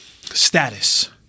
status